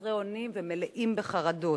חסרי אונים ומלאים בחרדות.